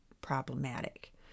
problematic